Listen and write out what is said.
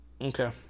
Okay